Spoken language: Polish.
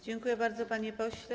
Dziękuję bardzo, panie pośle.